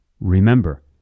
Remember